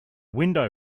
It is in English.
window